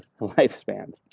lifespans